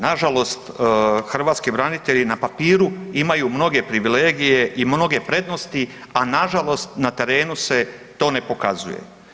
Na žalost hrvatski branitelji na papiru imaju mnoge privilegije i mnoge prednosti, a na žalost na terenu se to ne pokazuje.